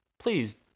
Please